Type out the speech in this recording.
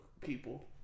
people